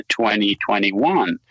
2021